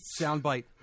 soundbite